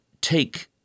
take